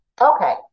okay